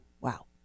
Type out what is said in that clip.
Wow